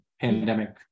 pandemic